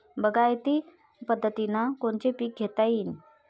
बागायती पद्धतीनं कोनचे पीक घेता येईन?